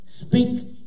speak